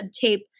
tape